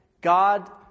God